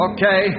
Okay